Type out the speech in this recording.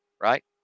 right